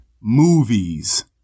Movies